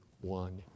one